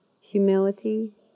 humility